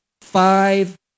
five